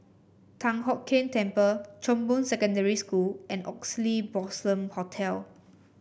Thian Hock Keng Temple Chong Boon Secondary School and Oxley Blossom Hotel